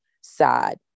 sad